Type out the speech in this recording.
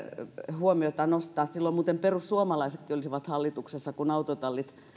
huomiota nostaa silloin muuten perussuomalaisetkin olivat hallituksessa kun autotallit